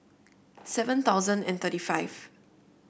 seven thousand and thirty five